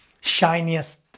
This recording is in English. shiniest